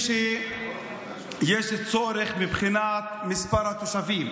כשיש צורך מבחינת מספר התושבים.